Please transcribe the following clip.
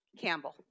Campbell